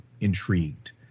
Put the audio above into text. intrigued